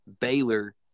Baylor